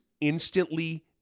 instantly